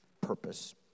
purpose